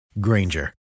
Granger